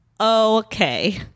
okay